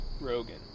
Rogan